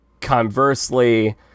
conversely